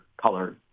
color